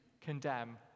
condemn